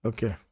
Okay